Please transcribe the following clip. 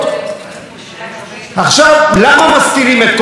אני אגיד לכם מה קורה היום: מעל 1,000 איש בזיקים,